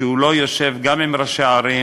שהוא לא יושב גם עם ראשי הערים,